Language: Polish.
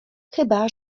chyba